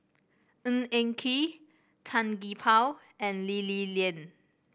Ng Eng Kee Tan Gee Paw and Lee Li Lian